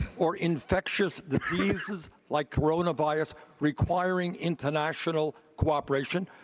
or infectious diseases like coronavirus requiring international cooperation,